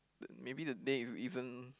the maybe the name isn't